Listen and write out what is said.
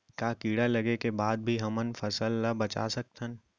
का कीड़ा लगे के बाद भी हमन फसल ल बचा सकथन?